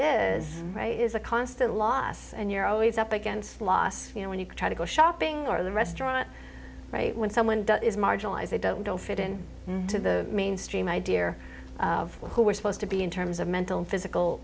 right is a constant loss and you're always up against loss you know when you try to go shopping or the restaurant right when someone is marginalised they don't fit in to the mainstream idea of who we're supposed to be in terms of mental and physical